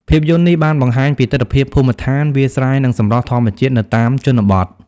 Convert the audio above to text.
ភាពយន្តនេះបានបង្ហាញពីទិដ្ឋភាពភូមិឋាន វាលស្រែ និងសម្រស់ធម្មជាតិនៅតាមជនបទ។